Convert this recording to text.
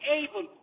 able